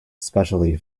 specially